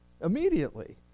immediately